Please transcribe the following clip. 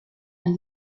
and